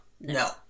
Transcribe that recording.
No